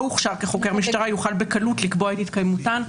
הוכשר כחוקר משטרה יוכל בקלות לקבוע את התקיימותן.